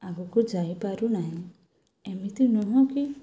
ଆଗକୁ ଯାଇ ପାରୁ ନାହିଁ ଏମିତି ନୁହଁ କି